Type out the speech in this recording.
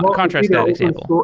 but contrast that example.